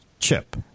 Chip